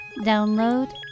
Download